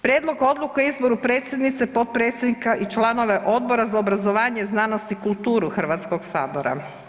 Prijedlog odluke o izboru predsjednice, potpredsjednika i članova Odbora za obrazovanje, znanost i kulturu Hrvatskog sabora.